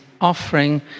offering